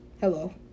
hello